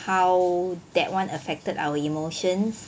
how that [one] affected our emotions